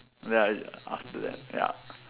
then I after that ya